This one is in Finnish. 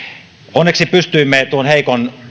onneksi pystyimme heikon